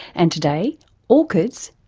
and today orchids,